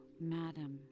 madam